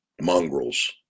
mongrels